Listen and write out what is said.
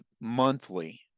monthly